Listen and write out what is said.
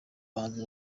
bahanzi